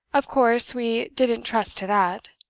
of course, we didn't trust to that.